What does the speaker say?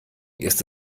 ist